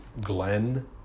Glenn